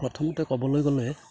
প্ৰথমতে ক'বলৈ গ'লে